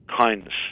kindness